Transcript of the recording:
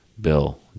Bill